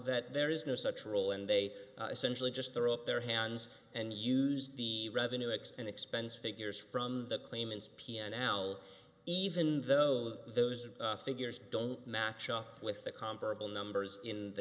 that there is no such rule and they essentially just throw up their hands and use the revenue mix and expense figures from the claimants p and l even though those figures don't match up with the comparable numbers in the